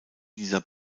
dieser